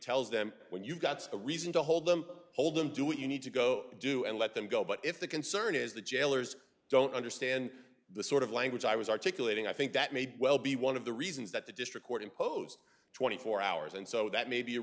tells them when you've got a reason to hold them hold them do what you need to go do and let them go but if the concern is the jailers don't understand the sort of language i was articulating i think that made well be one of the reasons that the district court imposed twenty four hours and so that may be a